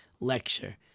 lecture